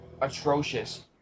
atrocious